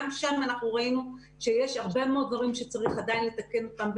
גם שם ראינו שיש הרבה מאוד דברים שצריך עדיין לתקן אותם.